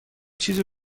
چیزی